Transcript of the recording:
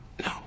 No